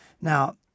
Now